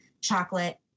chocolate